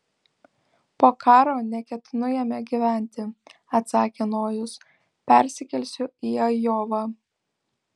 po karo neketinu jame gyventi atsakė nojus persikelsiu į ajovą